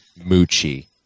moochie